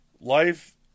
Life